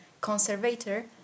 conservator